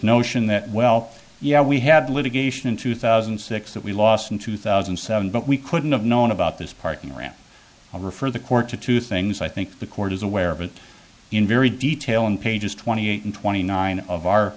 notion that well yeah we had litigation in two thousand and six that we lost in two thousand and seven but we couldn't have known about this part i'll refer the court to two things i think the court is aware of it in very detail on pages twenty eight and twenty nine of our